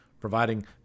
Providing